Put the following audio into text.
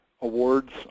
awards